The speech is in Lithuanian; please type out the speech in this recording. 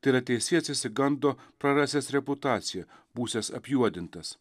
tai yra teisėjas išsigando prarasiantis reputaciją būsiantis apjuodintas